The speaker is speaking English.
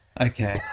okay